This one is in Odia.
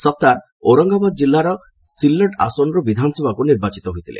ସର୍ତ୍ତାର ଔରଙ୍ଗାବାଦ ଜିଲ୍ଲାର ସିଲ୍ଲଡ ଆସନରୁ ବିଧାନସଭାକୁ ନିର୍ବାଚିତ ହୋଇଥିଲେ